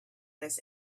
this